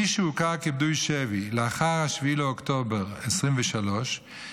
מי שהוכר כפדוי שבי לאחר 7 באוקטובר 2023 יהיה